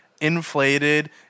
inflated